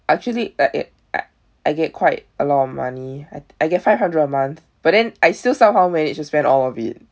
actually I I I get quite a lot of money I I get five hundred a month but then I still somehow manage to spend all of it